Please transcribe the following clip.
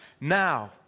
now